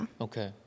Okay